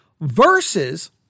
versus